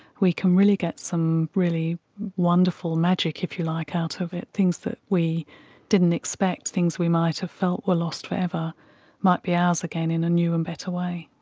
we can really get some really wonderful magic, if you like, out of it, things that we didn't expect, things that we might have felt were lost forever might be ours again in a new and better way,